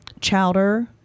chowder